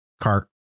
cart